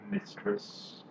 mistress